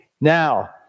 Now